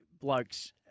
bloke's